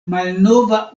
malnova